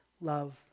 love